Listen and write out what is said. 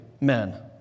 men